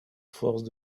forces